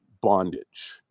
bondage